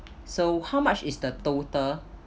so how much is the total